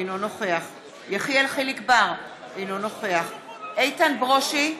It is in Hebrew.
אינו נוכח יחיאל חיליק בר, אינו נוכח איתן ברושי,